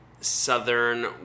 southern